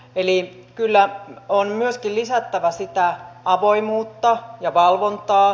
eli kyllä on myöskin lisättävä sitä avoimuutta ja valvontaa